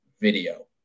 video